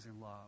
love